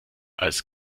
als